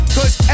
Cause